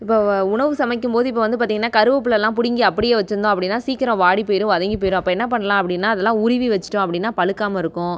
இப்போ உணவு சமைக்கும் போது இப்போ வந்து பார்த்திங்கன்னா கருவப்புல்லலாம் பிடுங்கி அப்படியே வச்சுருந்தோம் அப்படின்னா சீக்கிரம் வாடி போயிரும் வதங்கி போயிரும் அப்போ என்ன பண்ணலாம் அப்படின்னா அதெலாம் உருகி வச்சுட்டோம் அப்படின்னா பழுக்காமல் இருக்கும்